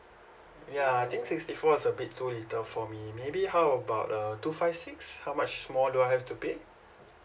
ya I think sixty four was a bit too little for me maybe how about err two five six how much more do I have to pay